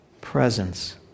presence